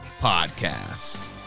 Podcasts